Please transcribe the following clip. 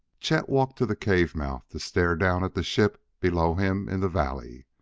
chet walked to the cave-mouth to stare down at the ship below him in the valley.